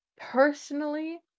Personally